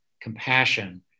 compassion